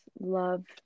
love